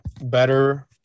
better